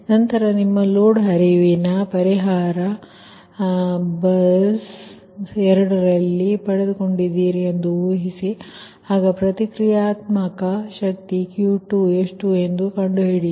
ನಂತರ ನಿಮ್ಮ ಲೋಡ್ ಹರಿವಿನ ಪರಿಹಾರ ಬಸ್ 2 ರಲ್ಲಿ ಪಡೆದುಕೊಂಡಿದ್ದೀರಿ ಎಂದು ಊಹಿಸಿ ಆಗ ಪ್ರತಿಕ್ರಿಯಾತ್ಮಕ ಶಕ್ತಿ Q2 ಎಷ್ಟು ಎಂದು ಕಂಡು ಹಿಡಿಯಿರಿ